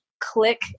click